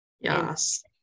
Yes